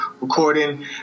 recording